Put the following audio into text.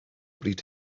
bryd